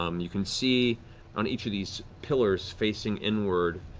um you can see on each of these pillars, facing inward,